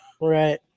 Right